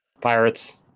Pirates